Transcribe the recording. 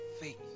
Faith